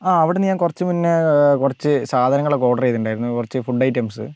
ആ അവിടുന്ന് ഞാൻ കുറച്ചു മുന്നേ കുറച്ച് സാധനങ്ങളൊക്കെ ഓർഡർ ചെയ്തിട്ടുണ്ടായിരുന്നു കുറച്ച് ഫുഡ് ഐറ്റംസ്